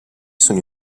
sono